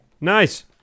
Nice